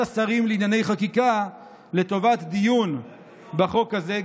השרים לענייני חקיקה לטובת דיון בחוק הזה.